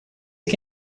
que